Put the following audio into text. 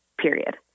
period